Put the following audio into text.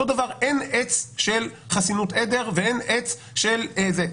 אותו דבר אין עץ של חסינות עדר ואין עץ של זה,